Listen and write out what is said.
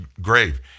grave